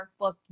workbook